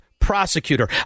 prosecutor